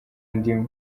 ndi